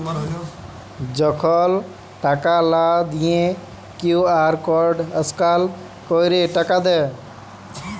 যখল টাকা লা দিঁয়ে কিউ.আর কড স্ক্যাল ক্যইরে টাকা দেয়